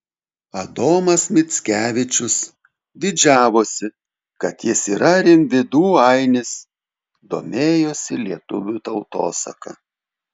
adomas mickevičius didžiavosi kad jis yra rimvydų ainis domėjosi lietuvių tautosaka